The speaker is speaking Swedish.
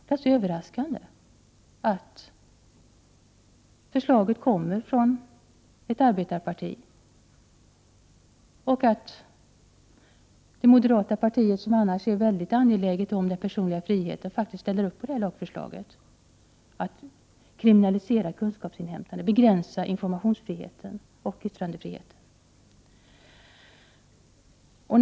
Det är överraskande både att förslaget kommer från ett arbetarparti och att moderata samlingspartiet, som annars är mycket angeläget om den personliga friheten, faktiskt ställer upp för lagförslaget: att kriminalisera kunskapsinhämtandet, begränsa informationsfriheten och yttrandefriheten.